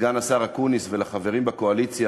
לסגן השר אקוניס ולחברים בקואליציה,